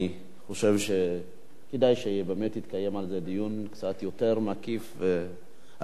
אני חושב שכדאי באמת שיתקיים על זה דיון קצת יותר מקיף ורחב.